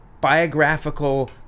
biographical